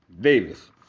Davis